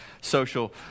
social